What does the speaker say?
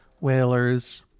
Whalers